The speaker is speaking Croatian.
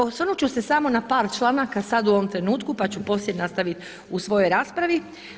Osvrnut ću se samo na par članaka sada u ovom trenutku, pa ću poslije nastaviti u svojoj raspravi.